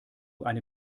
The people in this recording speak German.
eine